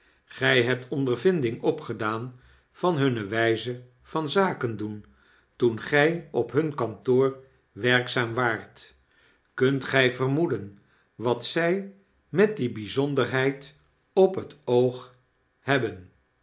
gg hebt ondervinding opgedaan van hunne wgze van zaken doen toen gg op hun kantoor werkzaam waart kunt gg vermoeden wat zg met die bgzonderheid op het oog hebben